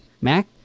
Mac